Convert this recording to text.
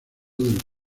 del